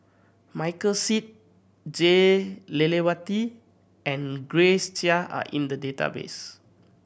Michael Seet Jah Lelawati and Grace Chia are in the database